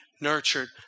nurtured